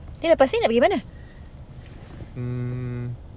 mm